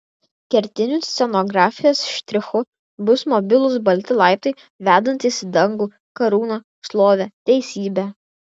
kertiniu scenografijos štrichu bus mobilūs balti laiptai vedantys į dangų karūną šlovę teisybę